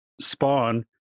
spawn